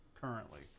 currently